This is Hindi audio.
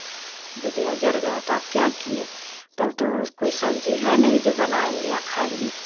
भुजिया जल गया तो अब क्या किए तब तो कोई सब्जी है नहीं जो बनाएँगे और खाएँगे